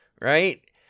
right